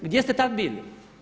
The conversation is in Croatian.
Gdje ste tad bili?